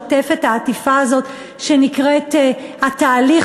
העטיפה הזאת שנקראת התהליך,